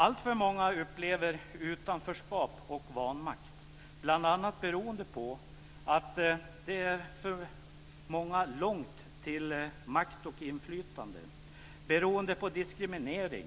Alltför många upplever utanförskap och vanmakt. Det beror bl.a. på att det för många är långt till makt och inflytande, på diskriminering,